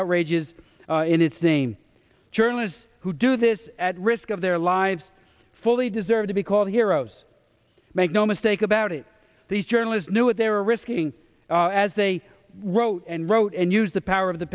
outrages in its name journalists who do this at risk of their lives it's fully deserved to be called heroes make no mistake about it these journalists knew what they were risking as they wrote and wrote and use the power of the